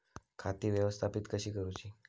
खाती व्यवस्थापित कशी करूची?